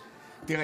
תראה,